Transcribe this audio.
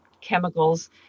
chemicals